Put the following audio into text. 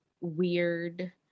weird